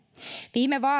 viime